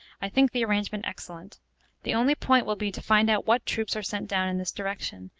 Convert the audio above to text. i think the arrangement excellent the only point will be to find out what troops are sent down in this direction,